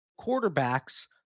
quarterbacks